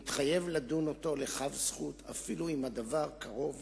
מתחייב לדון אותו לכף זכות אפילו אם הדבר קרוב